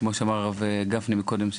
כמו שאמר הרב גפני מקודם,